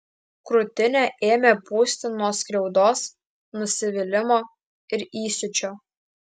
krūtinę ėmė pūsti nuo skriaudos nusivylimo ir įsiūčio